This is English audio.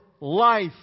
life